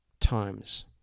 Times